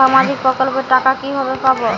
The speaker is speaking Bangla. সামাজিক প্রকল্পের টাকা কিভাবে পাব?